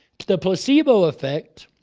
to the placebo effect,